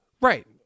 Right